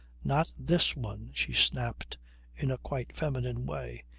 not this one, she snapped in a quite feminine way.